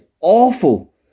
awful